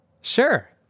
Sure